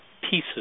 pieces